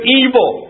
evil